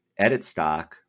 EditStock